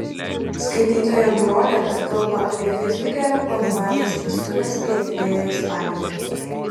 skaitytoja nurodė kad kalba apie feisbuke reklamuojamas vestuves pietinėje ispanijoje